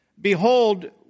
behold